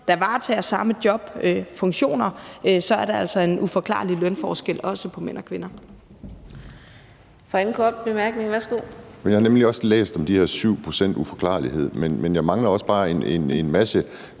der varetager samme jobfunktioner, er der altså en uforklarlig lønforskel. Kl. 14:54 Fjerde